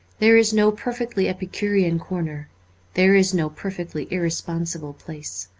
there is no perfectly epicurean corner there is no perfectly irresponsible place.